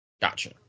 Gotcha